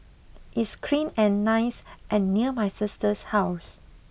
it's clean and nice and near my sister's house